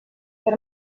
per